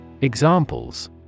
Examples